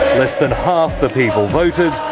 less than half the people voted,